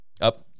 Up